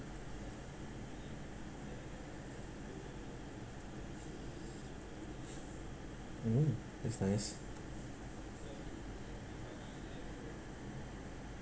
mm that's nice